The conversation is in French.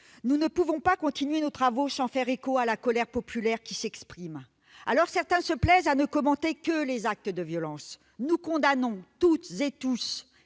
nous ne pouvons pas continuer nos travaux sans faire écho à la colère populaire qui s'exprime. Certains se plaisent à ne commenter que les actes de violence. Nous condamnons toutes et tous,